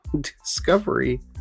Discovery